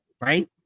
right